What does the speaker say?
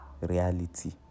reality